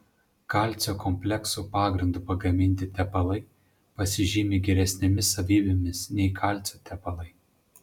kalcio kompleksų pagrindu pagaminti tepalai pasižymi geresnėmis savybėmis nei kalcio tepalai